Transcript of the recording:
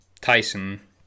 Tyson